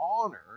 honor